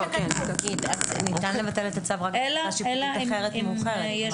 אם הוא